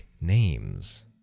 names